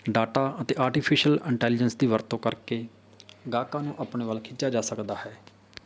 data ਅਤੇ artificial intelligence ਦੀ ਵਰਤੋਂ ਕਰਕੇ ਗਾਹਕਾਂ ਨੂੰ ਆਪਣੇ ਵੱਲ ਖਿੱਚਿਆ ਜਾ ਸਕਦਾ ਹੈ